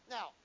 Now